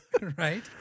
Right